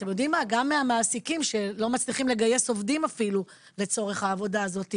גם מהמעסיקים שלא מצליחים לגייס עובדים אפילו לצורך העבודה הזאת,